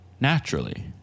naturally